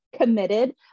committed